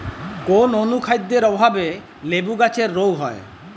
কোন অনুখাদ্যের অভাবে লেবু গাছের রোগ হয়?